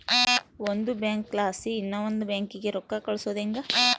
ಒಂದು ಬ್ಯಾಂಕ್ಲಾಸಿ ಇನವಂದ್ ಬ್ಯಾಂಕಿಗೆ ರೊಕ್ಕ ಕಳ್ಸೋದು ಯಂಗೆ